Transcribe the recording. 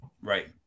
Right